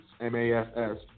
M-A-S-S